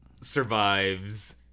survives